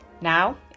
Now